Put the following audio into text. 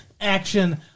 action